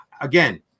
again